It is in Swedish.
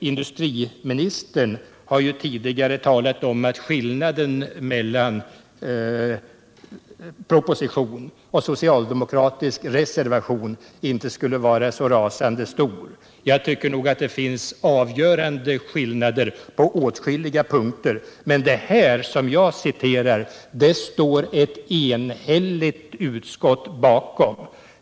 Industriministern har tidigare talat om att skillnaden mellan proposition och socialdemokratisk reservation inte skulle vara så rasande stor. Jag tycker nog att det finns avgörande skillnader på åtskilliga punkter, men det jag nu citerat står ett enhälligt utskott bakom.